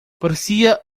parecia